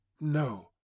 No